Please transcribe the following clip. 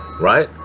right